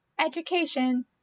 education